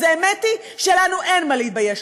אז האמת היא שלנו אין מה להתבייש.